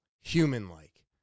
human-like